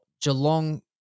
Geelong